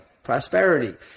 prosperity